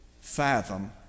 fathom